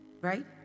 Right